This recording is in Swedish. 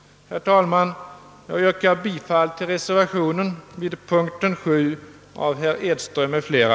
Herr talman! Jag yrkar bifall till reservationerna vid punkten 7 av herr Edström m.fl.